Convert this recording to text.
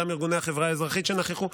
גם ארגוני החברה האזרחית שנכחו,